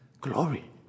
glory